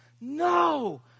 No